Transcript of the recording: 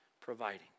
providing